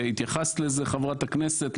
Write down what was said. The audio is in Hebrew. והתייחסת לזה חברת הכנסת,